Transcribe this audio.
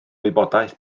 wybodaeth